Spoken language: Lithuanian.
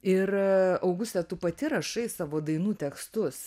ir auguste tu pati rašai savo dainų tekstus